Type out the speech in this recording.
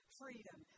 freedom